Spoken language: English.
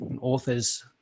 authors